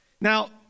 Now